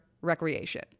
recreation